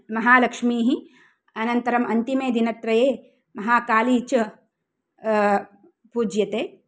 महालक्ष्मीः अनन्तरम् अन्तिमे दिनत्रये महाकाली च पूज्यते